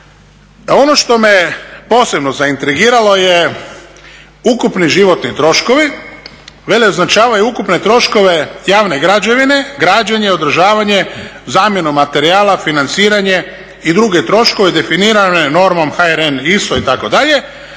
ono što me posebno zaintrigiralo je ukupni životni troškovi, veli označavaju ukupne troškove javne građevine, građenje i održavanje, zamjenu materijala, financiranje i druge troškove definirane normom HRN ISO itd.,